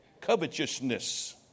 Covetousness